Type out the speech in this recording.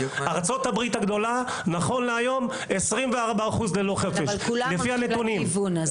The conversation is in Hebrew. בארצות הברית הגדולה נכון להיום יש 24% לולי חופש לפי הנתונים.